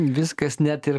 viskas net ir